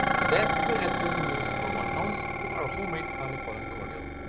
to that we'll add thirty ml or one oz of our homemade honey pollen cordial.